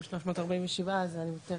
5,347 אז לא,